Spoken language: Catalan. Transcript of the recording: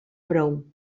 prou